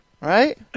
right